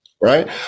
right